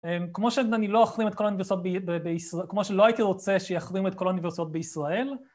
כמו שאני לא אחרים את האוניברסיטאות בישראל, כמו שלא הייתי רוצה שיחרימו את כל האוניברסיטאות בישראל